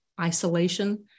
isolation